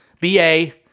B-A